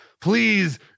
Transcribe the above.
Please